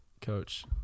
coach